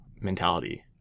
mentality